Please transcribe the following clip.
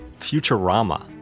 Futurama